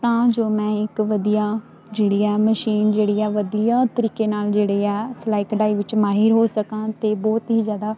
ਤਾਂ ਜੋ ਮੈਂ ਇੱਕ ਵਧੀਆ ਜਿਹੜੀ ਆ ਮਸ਼ੀਨ ਜਿਹੜੀ ਆ ਵਧੀਆ ਤਰੀਕੇ ਨਾਲ ਜਿਹੜੇ ਆ ਸਿਲਾਈ ਕਢਾਈ ਵਿੱਚ ਮਾਹਿਰ ਹੋ ਸਕਾਂ ਅਤੇ ਬਹੁਤ ਹੀ ਜ਼ਿਆਦਾ